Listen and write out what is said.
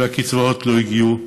והקצבאות לא הגיעו,